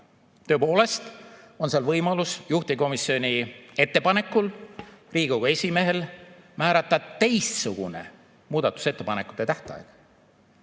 Tõepoolest on seal võimalus juhtivkomisjoni ettepanekul Riigikogu esimehel määrata teistsugune muudatusettepanekute tähtaeg.